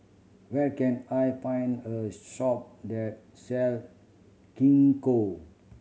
where can I find a shop that sell Gingko